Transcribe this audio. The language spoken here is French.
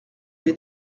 les